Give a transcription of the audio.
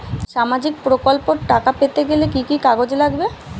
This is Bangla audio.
সামাজিক প্রকল্পর টাকা পেতে গেলে কি কি কাগজ লাগবে?